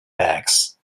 bags